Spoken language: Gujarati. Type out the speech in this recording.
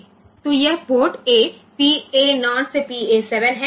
તેથી આ પોર્ટ A PA 0 થી PA 7 છે